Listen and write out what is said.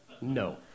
No